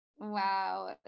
Wow